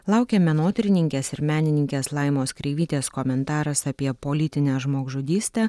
laukia menotyrininkės ir menininkės laimos kreivytės komentaras apie politinę žmogžudystę